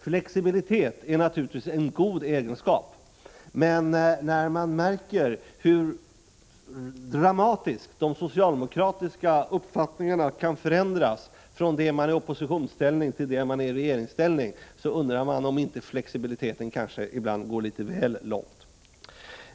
Flexibilitet är naturligtvis en god egenskap, men när man märker hur dramatiskt de socialdemokratiska uppfattningarna kan förändras från det socialdemokraterna befinner sig i oppositionsställning till det de hamnar i regeringsställning, undrar man om inte flexibiliteten ibland går litet väl långt.